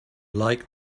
liked